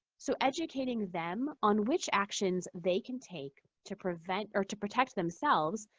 so educating them on which actions they can take to prevent or to protect themselves,